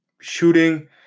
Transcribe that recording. shooting